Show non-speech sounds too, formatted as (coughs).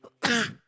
(coughs)